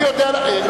הודעה אישית.